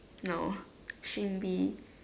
no Shin-Lee